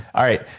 all right.